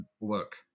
Look